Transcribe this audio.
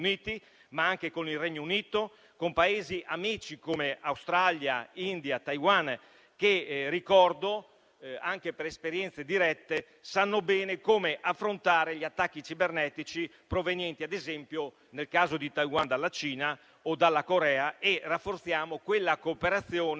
Uniti, ma anche con il Regno Unito, con Paesi amici come Australia, India, Taiwan, che - lo ricordo - anche per esperienze dirette sanno bene come affrontare gli attacchi cibernetici provenienti, ad esempio, nel caso di Taiwan, dalla Cina o dalla Corea. Rafforziamo inoltre quella cooperazione